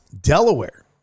Delaware